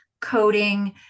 coding